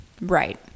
Right